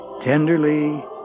Tenderly